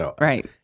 right